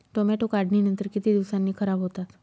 Tomato काढणीनंतर किती दिवसांनी खराब होतात?